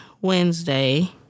Wednesday